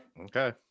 Okay